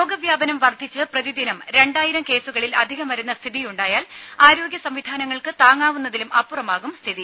രോഗവ്യാപനം വർധിച്ച് പ്രതിദിനം രണ്ടായിരം കേസുകളിൽ അധികം വരുന്ന സ്ഥിതിയുണ്ടായാൽ ആരോഗ്യ സംവിധാനങ്ങൾക്ക് താങ്ങാവുന്നതിലും അപ്പുറമാകും സ്ഥിതി